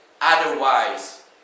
Otherwise